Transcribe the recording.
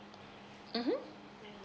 mmhmm